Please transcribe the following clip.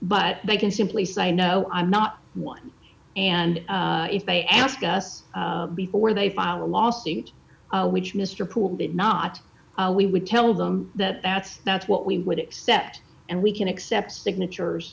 but they can simply say no i'm not one and if they ask us before they file a lawsuit which mr pool did not we would tell them that that's that's what we would accept and we can accept signatures